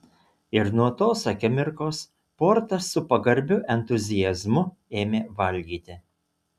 ir nuo tos akimirkos portas su pagarbiu entuziazmu ėmė valgyti